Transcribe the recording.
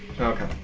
Okay